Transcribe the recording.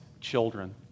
children